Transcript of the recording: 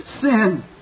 sin